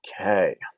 Okay